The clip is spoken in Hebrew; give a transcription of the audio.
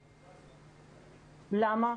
למה?